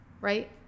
right